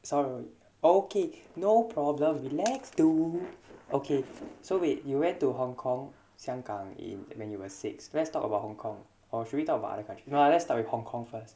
sorry okay no problem relax dude okay so wait you went to hong-kong 香港 in when you were six let's talk about hong-kong or should we talk about other countries nah let's start with hong-kong first